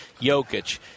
Jokic